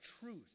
truth